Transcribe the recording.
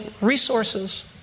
resources